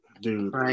Dude